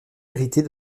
héritée